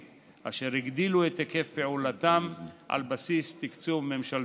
אשר הגדילו את היקף פעולתם על בסיס תקצוב ממשלתי.